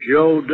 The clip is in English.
Joe